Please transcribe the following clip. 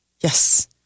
Yes